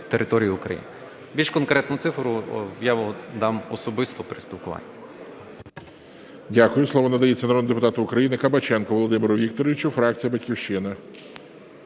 території України. Більш конкретну цифру я дам особисто при спілкуванні.